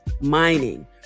mining